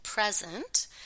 present